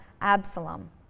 Absalom